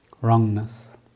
wrongness